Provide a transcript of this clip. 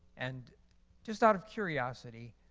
and just out of curiosity,